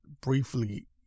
briefly